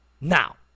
now